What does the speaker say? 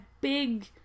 big